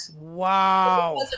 Wow